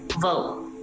Vote